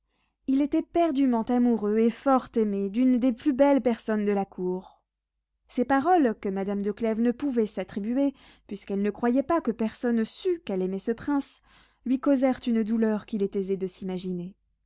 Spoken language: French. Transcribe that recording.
il est éperdument amoureux et fort aimé d'une des plus belles personnes de la cour ces paroles que madame de clèves ne pouvait s'attribuer puisqu'elle ne croyait pas que personne sût qu'elle aimait ce prince lui causèrent une douleur qu'il est aisé de s'imaginer